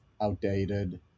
outdated